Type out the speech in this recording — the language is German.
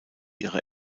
ihre